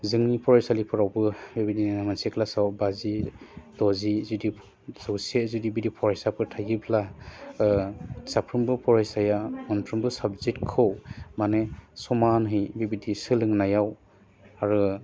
जोंनि फरायसालिफ्रावबो बेबायदिनो मोनसे क्लासाव बाजि द'जि जुदि जौसे जुदि फरायसाफोर थायोब्ला साफ्रोमबो फरायसाया मोनफ्रोमबो साबजेक्टखौ माने समानहै बिबायदि सोलोंनायाव आरो